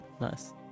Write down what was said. nice